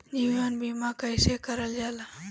जीवन बीमा कईसे करल जाला?